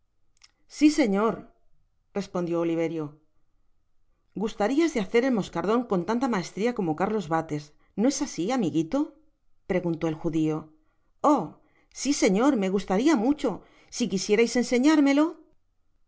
si sefior respondió oliverio justarias di hacer el mmcardon con tanta maestria como carlos bates no es asi amigito preguntó el jujio oh si señor me gustaria mucho si quisierais enseñarmelo